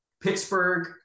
Pittsburgh